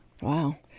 Wow